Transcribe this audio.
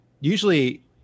Usually